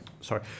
Sorry